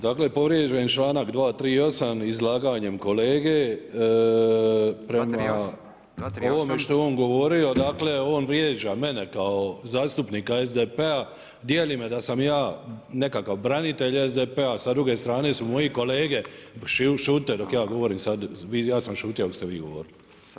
Dakle, podređen je članak 238. izlaganjem kolege, prema ovome što je on govorio, dakle, on vrijeđa mene, kao zastupnika SDP-a dijeli me da sam ja nekakav branitelj SDP-a, sa druge strane su moje kolege, šutite, dok ja govorim sad, ja sam šutio dok ste vi govorio.